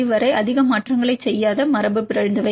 5 வரை அதிக மாற்றங்களைச் செய்யாத மரபுபிறழ்ந்தவை